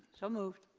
so moved.